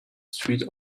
street